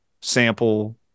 sample